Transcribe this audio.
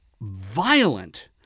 violent